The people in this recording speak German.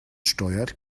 steuert